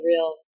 real